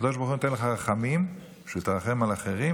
הקדוש ברוך הוא נותן לך רחמים כדי שתרחם על אחרים,